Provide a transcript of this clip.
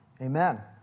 Amen